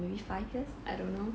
or maybe five years I don't know